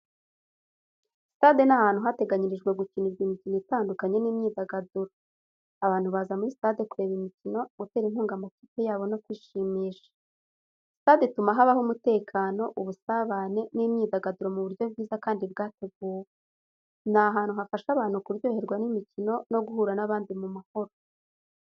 Sitade ni ahantu hateganyirijwe gukinirwa imikino itandukanye n’imyidagaduro. Abantu baza muri sitade kureba imikino, gutera inkunga amakipe yabo no kwishimisha. Sitade ituma habaho umutekano, ubusabane n’imyidagaduro mu buryo bwiza kandi bwateguwe. Ni ahantu hafasha abantu kuryoherwa n’imikino no guhura n’abandi mu mahoro.